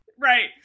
Right